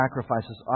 sacrifices